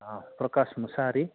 आं प्रकास मुसाहारी